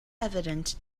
evident